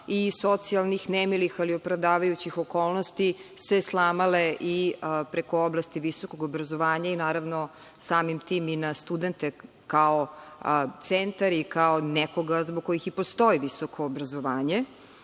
i socijalnih, nemilih ali opravdavajućih okolnosti, se slamale i preko oblasti visokog obrazovanja i, naravno, samim tim i na studente kao centar i kao nekoga zbog kojih i postoji visoko obrazovanje.